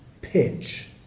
pitch